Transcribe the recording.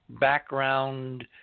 background